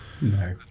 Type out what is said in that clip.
No